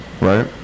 right